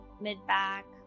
mid-back